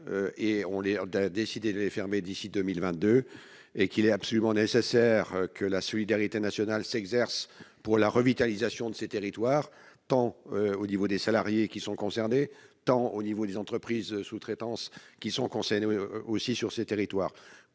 d'un décidé de les fermer d'ici 2 1000 22 et qu'il est absolument nécessaire que la solidarité nationale s'exerce pour la revitalisation de ces territoires, tant au niveau des salariés qui sont concernés, tant au niveau des entreprises sous-traitance qui sont concernées, mais aussi sur ces territoires,